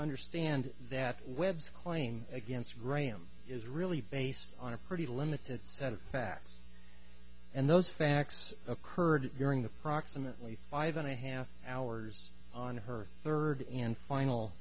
understand that webb's claim against graham is really based on a pretty limited set of facts and those facts occurred during the proximately five and a half hours on her third and final